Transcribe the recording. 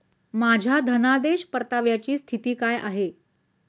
माझ्या धनादेश परताव्याची स्थिती काय आहे?